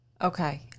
Okay